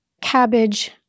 Cabbage